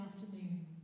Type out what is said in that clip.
afternoon